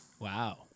Wow